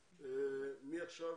הסוכנות,